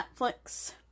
Netflix